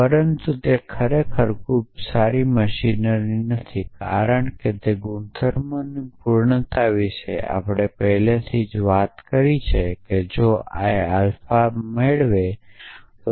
પરંતુ તે ખરેખર ખૂબ સારી મશીનરી નથી કારણ કે ગુણધર્મોની પૂર્ણતા વિશે આપણે પહેલેથી જ વાત કરી છે તે છે કે જો l આલ્ફા લગાવે તો